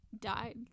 died